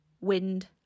wind